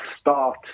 start